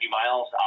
miles